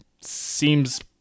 Seems